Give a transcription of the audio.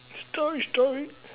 story story